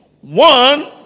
one